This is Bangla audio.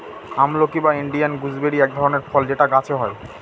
আমলকি বা ইন্ডিয়ান গুজবেরি এক ধরনের ফল যেটা গাছে হয়